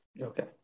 Okay